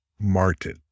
Martin